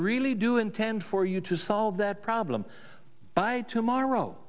really do intend for you to solve that problem by tomorrow